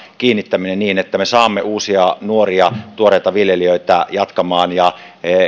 kiinnittäminen niin että me saamme uusia nuoria tuoreita viljelijöitä jatkamaan ja